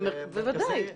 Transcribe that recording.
בוודאי.